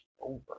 over